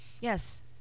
Yes